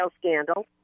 scandal